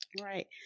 Right